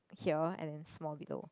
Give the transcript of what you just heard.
here and then small below